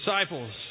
disciples